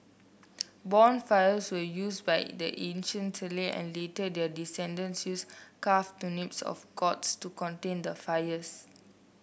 bonfires were used by the ancient and later their descendents carved turnips or gourds to contain the fires